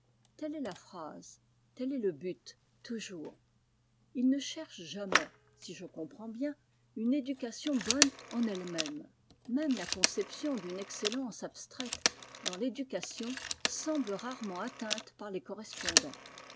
telle est la phrase tel est le but toujours ils ne cherchent jamais si je comprends bien une éducation bonne en elle-même même la conception d'une excellence abstraite dans l'éducation semble rarement atteinte par les correspondants